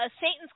Satan's